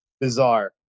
Bizarre